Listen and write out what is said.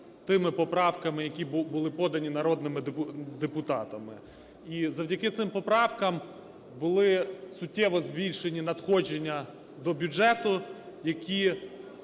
тими поправками, які були подані народними депутатами. І завдяки цим поправкам були суттєво збільшені надходження до бюджету, які